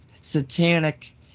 satanic